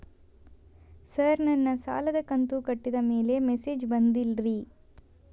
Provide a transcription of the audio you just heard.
sir ನನ್ನ ಸಾಲದ ಕಂತು ಕಟ್ಟಿದಮೇಲೆ ಮೆಸೇಜ್ ಬಂದಿಲ್ಲ ರೇ